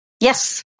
Yes